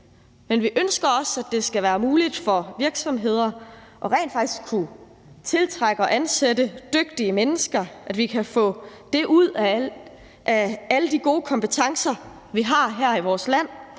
Men vi ønsker også, at det skal være muligt for virksomheder rent faktisk at kunne tiltrække og ansætte dygtige mennesker, og at vi kan få noget ud af alle de gode kompetencer, vi har her i vores land.